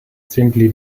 simply